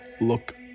look